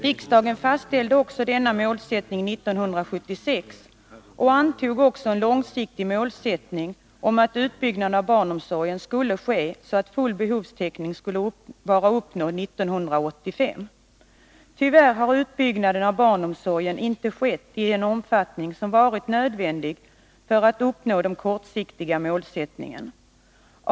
Riksdagen fastställde denna målsättning 1976 och antog också en långsiktig målsättning om att utbyggnaden av barnomsorgen skulle ske så att full behovstäckning skulle vara uppnådd 1985. Tyvärr har utbyggnaden av barnomsorgen inte skett i den omfattning som varit nödvändig för att den kortsiktiga målsättningen skall uppnås.